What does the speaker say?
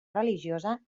religiosa